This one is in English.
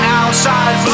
outside